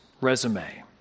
resume